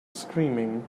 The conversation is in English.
screaming